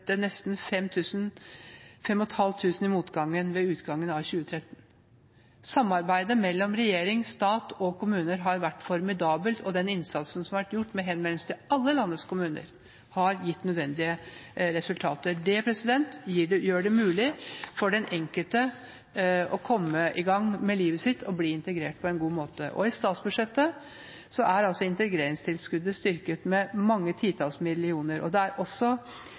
det nesten 5 500 i mottak ved utgangen av 2013. Samarbeidet mellom regjering, stat og kommuner har vært formidabelt, og den innsatsen som har vært gjort, med henvendelser til alle landets kommuner, har gitt nødvendige resultater. Det gjør det mulig for den enkelte å komme i gang med livet sitt og bli integrert på en god måte. I statsbudsjettet er integreringstilskuddet styrket med mange titalls millioner. Det er også